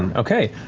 okay.